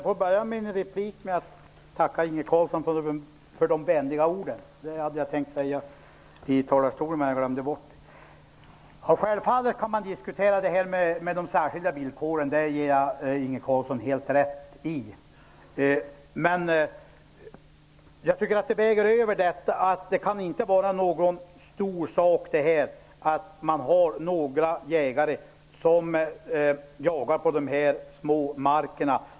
Fru talman! Först vill jag tacka Inge Carlsson för de vänliga orden; jag glömde det förut. Man kan självfallet diskutera de särskilda villkoren. På den punkten har Inge Carlsson helt rätt. Men det kan inte vara någon stor sak att vissa jägare jagar på de mindre markerna.